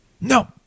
no